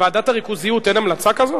בוועדת הריכוזיות אין המלצה כזאת?